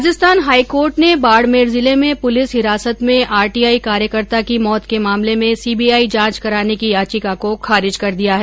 Rajasthan high court ने बाडमेर जिले में पुलिस हिरासत में आरटीआई कार्यकर्ता की मौत के मामले में सीबीआई जांच कराने की याचिका को खारिज कर दिया है